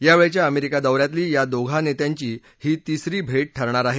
यावेळच्या अमेरिका दौऱ्यातली या दोघा नेत्यांची ही तिसरी भेट ठरणार आहे